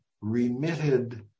remitted